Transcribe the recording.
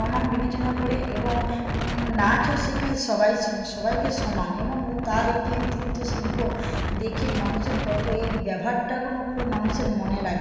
সমান বিবেচনা করে এবং নাচও শেখায় সবাই সবাইকে সমান এবং তার এই যে এই চিত্রশিল্প দেখে মানুষের কতো এই ব্যবহারটা কোনো খুব মানুষের মনে লাগে